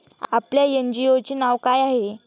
आपल्या एन.जी.ओ चे नाव काय आहे?